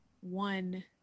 one